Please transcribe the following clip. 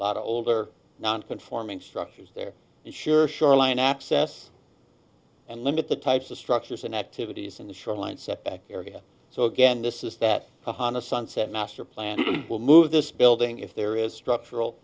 lot older non conforming structures there and sure shoreline access and limit the types of structures and activities in the shoreline setback area so again this is that hahn a sunset master plan will move this building if there is structural